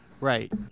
Right